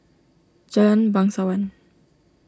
Jalan Bangsawan